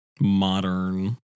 modern